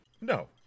No